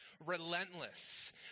relentless